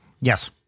yes